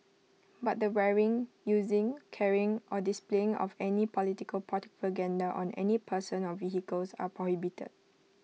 but the wearing using carrying or displaying of any political propaganda on any person or vehicles are prohibited